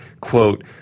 quote